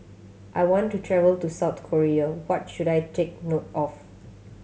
I want to travel to South Korea what should I take note of